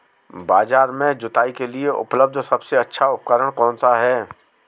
बाजार में जुताई के लिए उपलब्ध सबसे अच्छा उपकरण कौन सा है?